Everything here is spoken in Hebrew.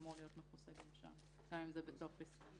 אמור להיות מכוסה גם שם גם אם זה בתוך פסקה.